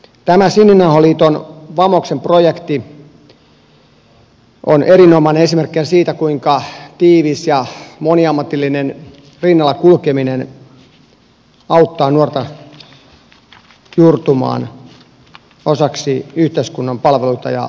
tämä sininauhaliiton vamos projekti on erinomainen esimerkki siitä kuinka tiivis ja moniammatillinen rinnalla kulkeminen auttaa nuorta juurtumaan osaksi yhteiskunnan palveluita ja toimintoja